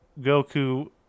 Goku